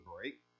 break